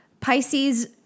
Pisces